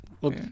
Look